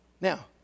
now